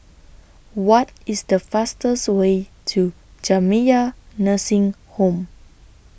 What IS The fastest Way to Jamiyah Nursing Home